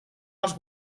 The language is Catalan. als